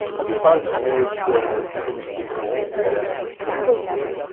have you found an age where synaesthesia is lost? probably never.